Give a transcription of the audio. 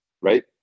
right